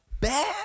bad